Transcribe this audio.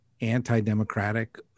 anti-democratic